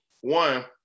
one